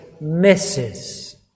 misses